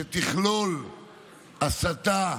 שתכלול הסתה